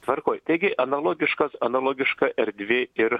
tvarkoj taigi analogiškas analogiška erdvė ir